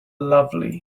lovely